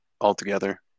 altogether